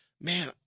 man